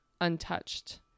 untouched